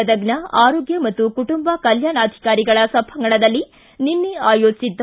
ಗದಗ್ನ ಆರೋಗ್ಯ ಮತ್ತು ಕುಟುಂಬ ಕಲ್ಕಾಣಾಧಿಕಾರಿಗಳ ಸಭಾಂಗಣದಲ್ಲಿ ನಿನ್ನೆ ಆಯೋಜಿಸಿದ್ದ